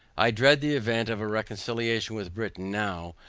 i dread the event of a reconciliation with britain now,